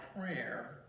prayer